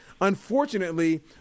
Unfortunately